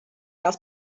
das